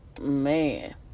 Man